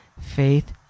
faith